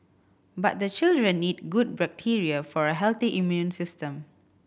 but the children need good bacteria for a healthy immune system